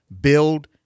build